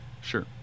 Sure